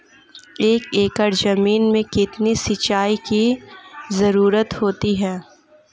एक एकड़ ज़मीन में कितनी सिंचाई की ज़रुरत होती है?